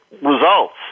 results